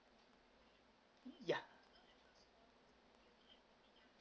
yeah